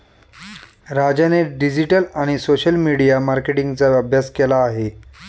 राजाने डिजिटल आणि social media मार्केटिंगचा अभ्यास केला आहे